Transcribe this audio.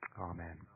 Amen